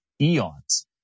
eons